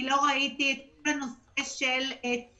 אני לא ראיתי את כל הנושא של תשומות,